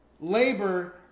labor